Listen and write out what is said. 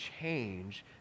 change